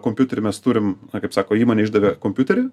kompiuterį mes turim na kaip sako įmonė išdavė kompiuterį